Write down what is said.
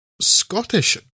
Scottish